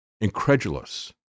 incredulous